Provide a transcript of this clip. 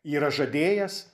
yra žadėjęs